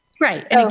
Right